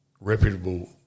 reputable